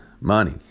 money